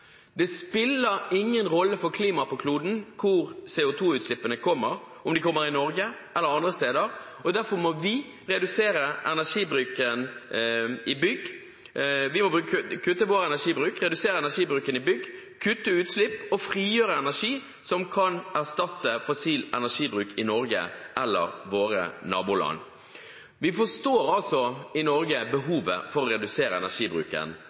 Det spiller ingen rolle for klimaet på kloden hvor CO 2 -utslippene kommer – om de kommer i Norge eller andre steder. Derfor må vi kutte vår energibruk, redusere energibruken i bygg, kutte utslipp og frigjøre energi som kan erstatte fossil energibruk i Norge eller våre naboland. I Norge forstår vi altså behovet for å redusere energibruken,